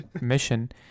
mission